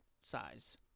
size